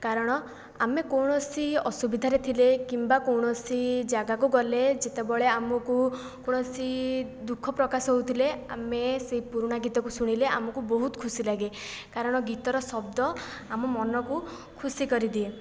କାରଣ ଆମେ କୌଣସି ଅସୁବିଧାରେ ଥିଲେ କିମ୍ବା କୌଣସି ଜାଗାକୁ ଗଲେ ଯେତେବଳେ ଆମକୁ କୌଣସି ଦୁଃଖ ପ୍ରକାଶ ହେଉଥିଲେ ଆମେ ସେହି ପୁରୁଣା ଗୀତକୁ ଶୁଣିଲେ ଆମକୁ ବହୁତ ଖୁସି ଲାଗେ କାରଣ ଗୀତର ଶବ୍ଦ ଆମ ମନକୁ ଖୁସି କରିଦିଏ